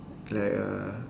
like uh